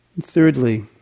thirdly